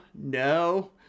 no